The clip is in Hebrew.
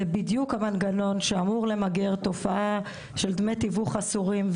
זה בדיוק המנגנון שאמור למגר את תופעת דמי התיווך האסורים.